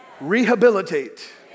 rehabilitate